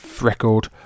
record